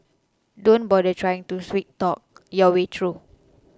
don't bother trying to sweet talk your way through